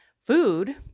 food